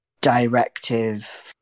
directive